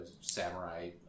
samurai